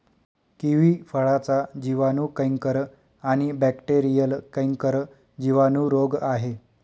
kiwi फळाचा जिवाणू canker आणि बॅक्टेरीयल कैंकर जिवाणू रोग आहे